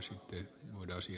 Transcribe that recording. kiitos ed